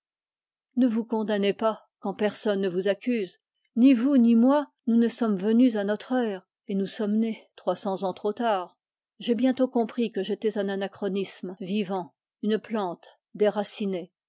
ne vous condamnez pas quand personne ne vous accuse ni vous ni moi nous ne sommes venus à notre heure et nous sommes nés trois cents ans trop tard j'ai bientôt compris que j'étais un anachronisme vivant une plante déracinée